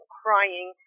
crying